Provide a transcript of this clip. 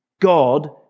God